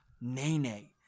Nene